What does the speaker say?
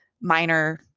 minor